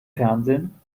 fernsehen